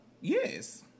Yes